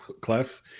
Clef